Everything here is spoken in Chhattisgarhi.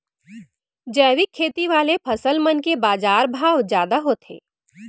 जैविक खेती वाले फसल मन के बाजार भाव जादा होथे